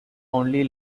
only